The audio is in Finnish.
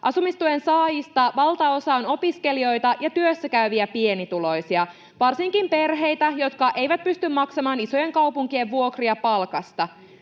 Asumistuen saajista valtaosa on opiskelijoita ja työssäkäyviä pienituloisia, varsinkin perheitä, jotka eivät pysty maksamaan isojen kaupunkien vuokria palkasta.